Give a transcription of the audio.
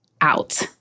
out